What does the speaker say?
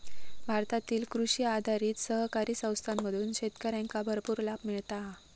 भारतातील कृषी आधारित सहकारी संस्थांमधून शेतकऱ्यांका भरपूर लाभ मिळता हा